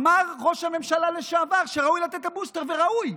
אמר ראש הממשלה לשעבר שראוי לתת את הבוסטר, וראוי.